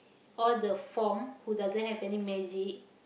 all the form who doesn't have any magic